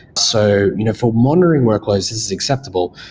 so you know for monitoring workloads, this is acceptable.